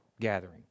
gathering